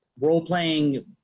role-playing